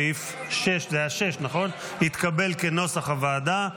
סעיף 6 התקבל כנוסח הוועדה.